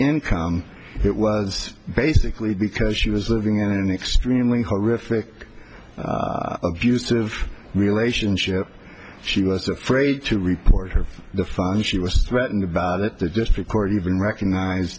income it was basically because she was living in an extremely horrific abusive relationship she was afraid to report her for the fun she was threatened about it the district court even recognize